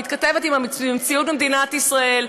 המתכתבת עם המציאות במדינת ישראל,